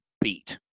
beat